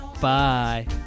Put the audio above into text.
Bye